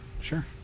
sure